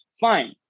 fine